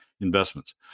investments